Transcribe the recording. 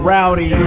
Rowdy